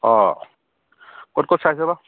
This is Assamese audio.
অঁ ক'ত ক'ত চাইছে বা